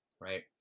right